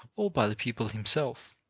or by the pupil himself,